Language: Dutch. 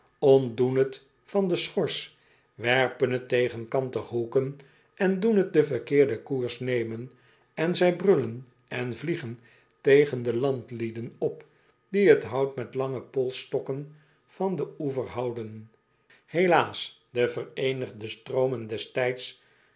ontdoen t van de schors werpen t tegen kantige hoeken en doen t den verkeerden koers nemen en zij brullen en vliegen tegen de landlieden op die t hout met lange polsstokken van den oever houden helaas de vereenigde stroomen des tijds